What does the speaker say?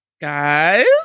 guys